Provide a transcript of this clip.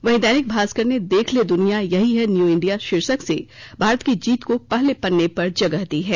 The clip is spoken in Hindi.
वहीं दैनिक भाष्कर ने देख ले दुनिया यही है न्यू इंडिया शीर्षक से भारत की जीत को पहले पत्रे पर जगह दी है